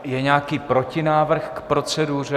Je nějaký protinávrh k proceduře?